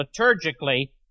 liturgically